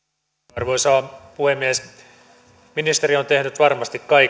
arvoisa puhemies ministeri on tehnyt varmasti kaiken mahdollisen